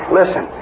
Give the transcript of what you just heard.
listen